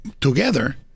together